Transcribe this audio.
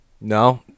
No